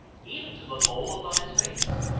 even to the mole upon his face.